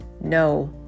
no